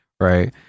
Right